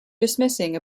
dismissing